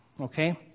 Okay